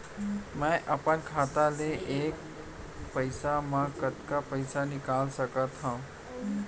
मैं अपन खाता ले एक पइत मा कतका पइसा निकाल सकत हव?